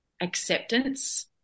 acceptance